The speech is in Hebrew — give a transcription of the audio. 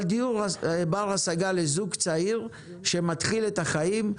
אבל דיור בר השגה לזוג צעיר שמתחיל את החיים,